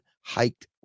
hiked